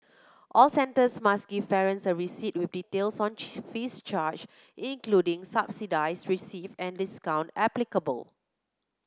all centres must give parents a receipt with details on fees charged including subsidies received and discounts applicable